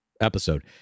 episode